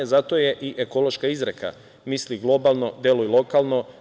Zato imamo i onu ekološku izreku – misli globalno, deluj lokalno.